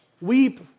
Weep